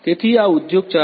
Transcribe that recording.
તેથી આ ઉદ્યોગ 4